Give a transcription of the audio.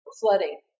flooding